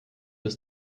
bis